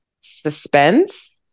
suspense